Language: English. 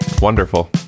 Wonderful